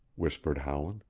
whispered howland.